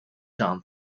dame